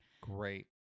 Great